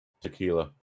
tequila